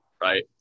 right